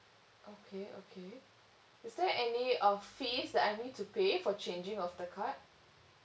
okay okay is there any uh fees that I need to pay for changing of the card